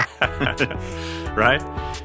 right